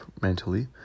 mentally